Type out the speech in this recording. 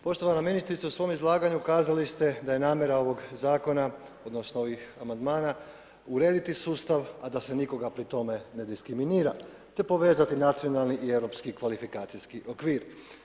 Poštovana ministrice u svom izlaganju kazali ste da je namjera ovog zakona odnosno ovih amandmana, urediti sustav, da se nikoga pri tome ne diskriminira te povezati Nacionalni i Europski kvalifikacijski okvir.